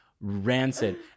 rancid